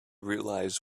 realize